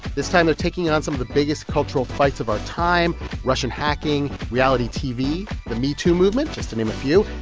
this time, they're taking on some of the biggest cultural fights of our time russian hacking, reality tv, the me too movement, just to name a few.